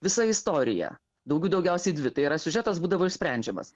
visa istorija daugių daugiausiai dvi tai yra siužetas būdavo išsprendžiamas